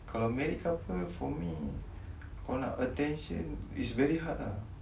kalau married couple for me kalau nak attention is very hard ah